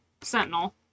Sentinel